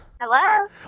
hello